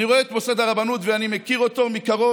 אני רואה את מוסד הרבנות ואני מכיר אותו מקרוב,